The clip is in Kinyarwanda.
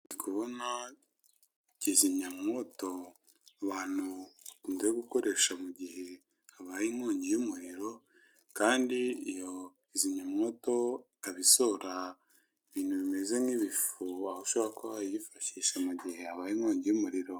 Ndi kubona kizimyamwoto abantu bakunze gukoresha mu gihe habaye inkongi y'umuriro, kandi iyo kizimyamwoto, ikaba isohora ibintu bimeze nk'ibifu, aho ushobora kuba wayifashisha mu gihe habaye inkongi y'umuriro.